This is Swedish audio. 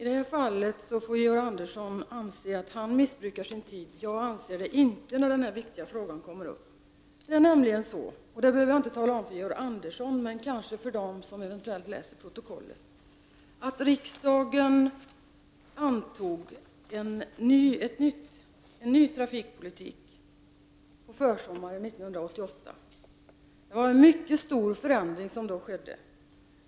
Herr talman! Georg Andersson anser att tiden missbrukas, och det får han gärna göra. Men jag anser inte att tiden missbrukas i detta fall. Det här är ju en viktig fråga. Det är nämligen så — och detta behöver jag inte tala om för Georg Andersson men kanske för dem som läser protokollet — att riksdagen antog en ny trafikpolitik på försommaren 1988. Det var en mycket stor förändring som då skedde.